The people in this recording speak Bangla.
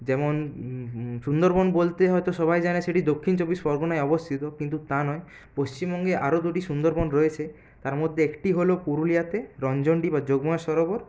যেমন সুন্দরবন বলতে হয়তো সবাই জানে সেটি দক্ষিণ চব্বিশ পরগণায় অবস্থিত কিন্তু তা নয় পশ্চিমবঙ্গে আরও দুটি সুন্দরবন রয়েছে তার মধ্যে একটি হল পুরুলিয়াতে রঞ্জনডিহি যোগমায়া সরোবর